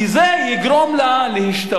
כי זה יגרום לה להשתוות,